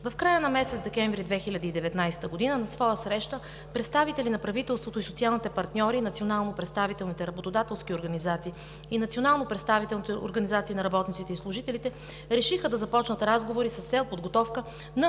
В края на месец декември 2019 г. на своя среща представители на правителството, социалните партньори, национално представителните работодателски организации и национално представителните организации на работниците и служителите решиха да започнат разговори с цел подготовка на